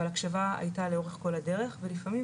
אבל הקשבה הייתה לארוך כל הדרך ולפעמים,